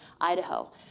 Idaho